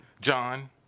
John